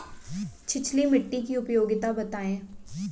छिछली मिट्टी की उपयोगिता बतायें?